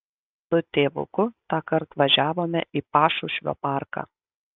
su tėvuku tąkart važiavome į pašušvio parką